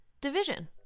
division